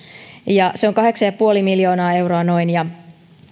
ja se on noin kahdeksan pilkku viisi miljoonaa euroa